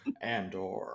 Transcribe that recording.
Andor